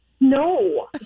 No